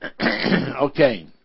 Okay